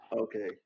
Okay